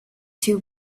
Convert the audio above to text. two